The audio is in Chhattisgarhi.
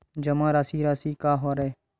जमा राशि राशि का हरय?